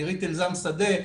עירית אלזם שדה,